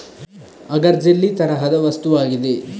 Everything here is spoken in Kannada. ಅಗರ್ಜೆಲ್ಲಿ ತರಹದ ವಸ್ತುವಾಗಿದೆ